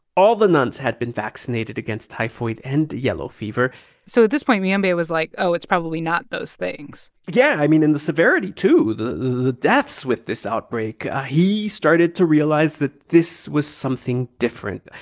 all the nuns had been vaccinated against typhoid and yellow fever so at this point, muyembe but was like, oh, it's probably not those things yeah. i mean, in the severity, too the the deaths with this outbreak. he started to realize that this was something different.